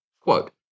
Quote